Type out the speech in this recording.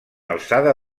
alçada